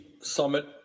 Summit